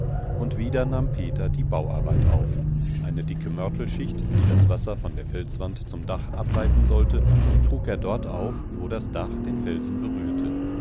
und wieder nahm peter die bauarbeit auf eine dicke mörtelschicht die das wasser von der felswand zum dach ableiten sollte trug er dort auf wo das dach den felsen berührte